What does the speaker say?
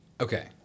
Okay